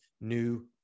new